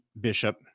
Bishop